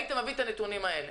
היית מביא את הנתונים האלה.